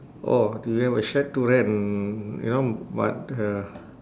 oh do we have a shed to rent mm you know but uh